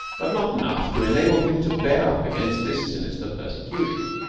but not enough to enable him to bear up against this sinister persecution.